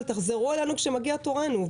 אבל תחזרו אלינו כשמגיע תורנו,